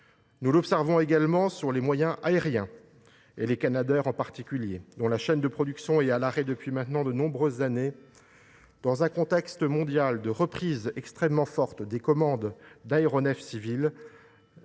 Nous l’observons également à propos des moyens aériens. Je pense en particulier aux canadairs, dont la chaîne de production est à l’arrêt depuis maintenant de nombreuses années. Dans un contexte mondial de reprise extrêmement forte des commandes d’aéronefs civils,